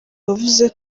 wavuze